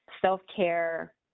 self-care